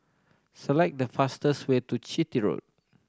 select the fastest way to Chitty Road